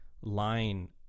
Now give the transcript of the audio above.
line